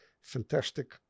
fantastic